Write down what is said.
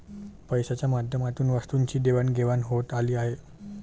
पैशाच्या माध्यमातून वस्तूंची देवाणघेवाण होत आली आहे